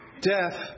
death